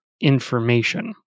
information